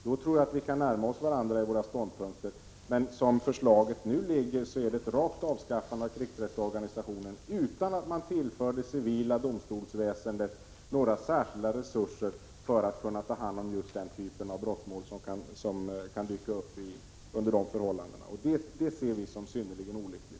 Då tror jag vi kan närma oss varandra i våra ståndpunkter. Men som förslaget nu ligger är det ett rakt avskaffande av krigsrättsorganisationen utan att man tillför det civila domstolsväsendet några särskilda resurser för att kunna ta hand om just den typ av brottmål som kan dyka upp under dessa förhållanden. Det ser vi som synnerligen olyckligt.